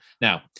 Now